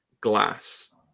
glass